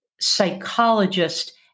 psychologist